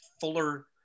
fuller